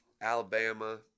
Alabama